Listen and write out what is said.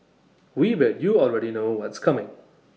we bet you already know what's coming